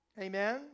Amen